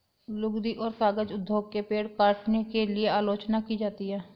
लुगदी और कागज उद्योग की पेड़ काटने के लिए आलोचना की जाती है